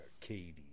Katie